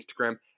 Instagram